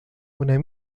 una